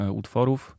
utworów